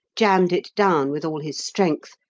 jammed it down with all his strength,